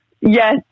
Yes